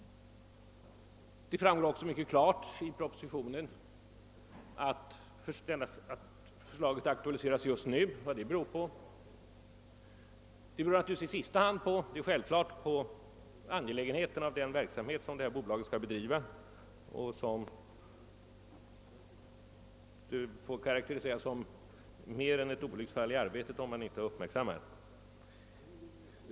Det framgår också mycket klart av propositionen varför förslaget aktualiseras just nu. Det beror i sista hand — det är självklart — på angelägenheten av den verksamhet som bolaget skall bedriva, och det får karakteriseras som mer än ett olycksfall i arbetet, om man inte uppmärksammat detta.